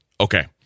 okay